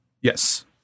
Yes